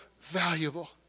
valuable